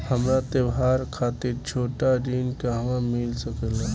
हमरा त्योहार खातिर छोटा ऋण कहवा मिल सकेला?